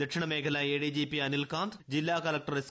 ദക്ഷിണ്മേഖലാ ADGP Anil Kant ജില്ലാ collector S